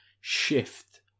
shift